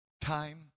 time